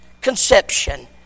conception